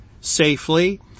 safely